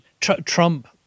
Trump